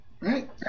right